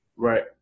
Right